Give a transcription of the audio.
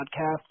podcast